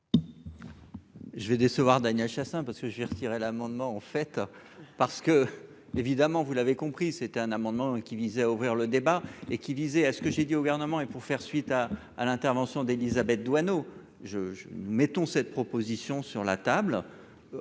Je vais décevoir Daniel Chassain, parce que j'ai retiré l'amendement en fait parce que, évidemment, vous l'avez compris, c'était un amendement qui visait à ouvrir le débat et qui visait à ce que j'ai dit au gouvernement et pour faire suite à à l'intervention d'Élisabeth Doineau je mettons cette proposition sur la table,